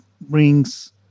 brings